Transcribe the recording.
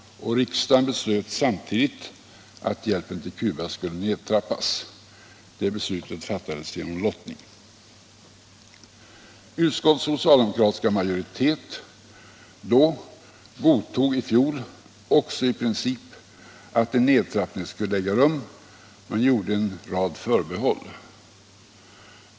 Riksdagen beslöt samtidigt att hjälpen till Cuba skulle nedtrappas. Det beslutet fattades genom lottning. Utskottets socialdemokratiska majoritet då godtog i fjol också i princip att en nedtrappning skulle äga rum men gjorde en rad förbehåll.